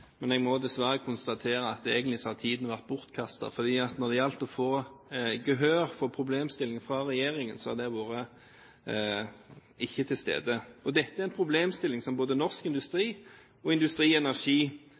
men jeg må dessverre konstatere at egentlig har tiden vært bortkastet, for når det gjaldt å få gehør for problemstillingen fra regjeringen, har det ikke vært til stede. Dette er en problemstilling som både norsk